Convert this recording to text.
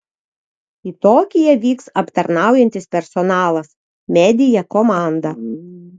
į tokiją vyks aptarnaujantis personalas media komanda